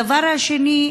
הדבר השני,